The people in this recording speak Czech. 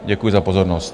Děkuji za pozornost.